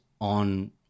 on